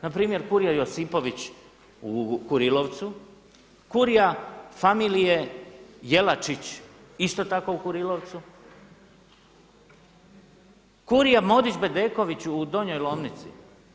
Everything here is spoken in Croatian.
Na primjer kurija Josipović u Kurilovcu, kurija familije Jelačić isto tako u Kurilovcu, kurija Modić-Bedeković u Donjoj Lomnici.